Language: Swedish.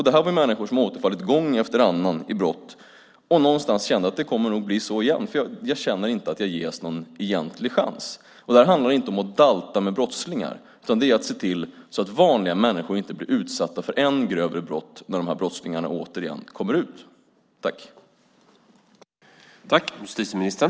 Det var människor som återfallit gång efter annan i brott, och de kände att det kunde bli så igen eftersom de inte fick någon egentlig chans. Det här handlar inte om att dalta med brottslingar utan att se till så att vanliga människor inte blir utsatta för än grövre brott när dessa brottslingar kommer ut igen.